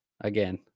again